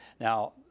Now